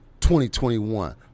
2021